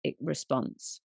response